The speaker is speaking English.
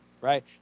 right